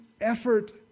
effort